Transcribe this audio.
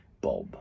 Bob